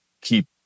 keep